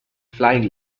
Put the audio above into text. flying